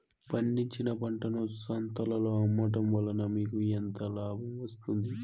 పండించిన పంటను సంతలలో అమ్మడం వలన మీకు ఎంత లాభం వస్తుంది?